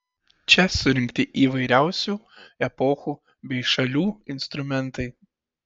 čia surinkti įvairiausių epochų bei šalių instrumentai